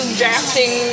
drafting